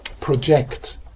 project